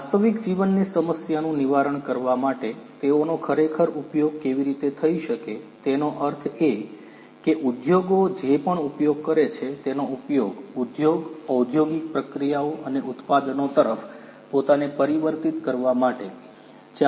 વાસ્તવિક જીવનની સમસ્યાનું નિવારણ કરવા માટે તેઓનો ખરેખર ઉપયોગ કેવી રીતે થઈ શકે તેનો અર્થ એ કે ઉદ્યોગો જે પણ ઉપયોગ કરે છે તેનો ઉપયોગ ઉદ્યોગ ઔદ્યોગિક પ્રક્રિયાઓ અને ઉત્પાદનો તરફ પોતાને પરિવર્તિત કરવા માટે 4